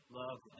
love